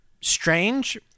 Strange